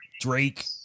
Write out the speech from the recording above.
Drake